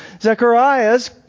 Zechariah's